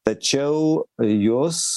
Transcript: tačiau jos